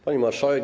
Pani Marszałek!